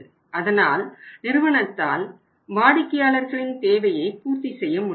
அதனால் நிறுவனத்தால் வாடிக்கையாளர்களின் தேவையை பூர்த்தி செய்ய முடியவில்லை